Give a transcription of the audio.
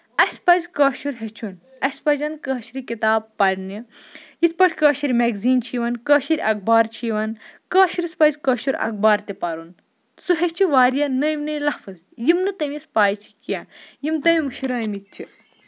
اَسہِ پَزِ کٲشُر ہٮ۪چھُن اَسہِ پَزین کٲشرِ کِتابہٕ پَرنہِ یِتھ پٲٹھۍ کٲشِر میکزیٖن چھِ یِوان کٲشِر اَخبار چھِ یِوان کٲشرِس پَزِ کٲشُر اَخبار تہِ پَرُن سُہ ہٮ۪چھِ واریاہ نٔوۍ نٔوۍ لفظ یِم نہٕ تٔمِس پاے چھِ کیٚنہہ یِم تٔمۍ مٔشرٲومٕتۍ چھِ